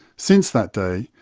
since that day,